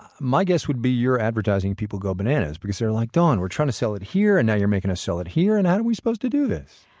my guess would be your advertising people go bananas because they're like, dawn, we're trying to sell it here and now you're making us sell it here, and how are we supposed to do this?